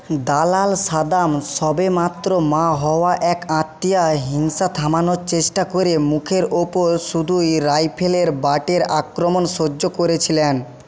দালাল শাবাম সবেমাত্র মা হওয়া এক আত্মীয়া হিংসা থামানোর চেষ্টা করে মুখের ওপর শুধুই রাইফেলের বাটের আক্রমণ সহ্য করেছিলেন